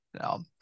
no